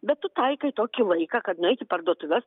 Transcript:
bet tu taikai tokį laiką kad nueit į parduotuves